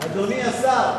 אדוני השר,